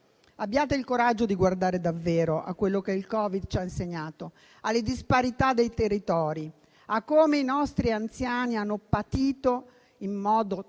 abbiate il coraggio di guardare davvero a quello che il Covid ci ha insegnato, alle disparità dei territori, a come i nostri anziani hanno patito in modo tremendo